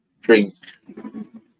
drink